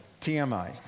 TMI